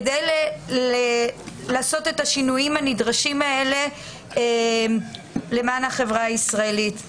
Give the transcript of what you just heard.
כדי לעשות את השינויים הנדרשים האלה למען החברה הישראלית.